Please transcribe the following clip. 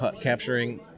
capturing